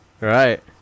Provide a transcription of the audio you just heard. Right